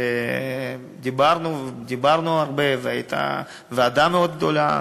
דיברנו הרבה, והייתה ועדה מאוד גדולה,